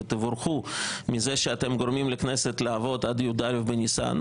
ותבורכו מכך שאתם גורמים לכנסת לעבוד עד י"א בניסן,